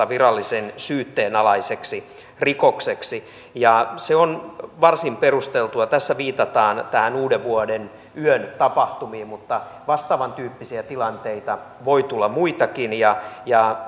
virallisen syytteen alaiseksi rikokseksi se on varsin perusteltua tässä viitataan uudenvuodenyön tapahtumiin mutta vastaavan tyyppisiä tilanteita voi tulla muitakin ja ja